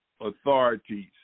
authorities